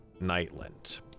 Nightland